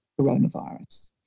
coronavirus